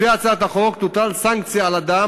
לפי הצעת החוק תוטל סנקציה על אדם